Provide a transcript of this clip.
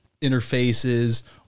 interfaces